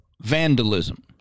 vandalism